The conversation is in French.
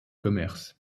commerces